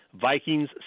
Vikings